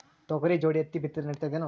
ತೊಗರಿ ಜೋಡಿ ಹತ್ತಿ ಬಿತ್ತಿದ್ರ ನಡಿತದೇನು?